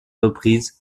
reprises